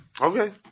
Okay